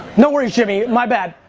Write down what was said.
no worries, jimmy, my bad.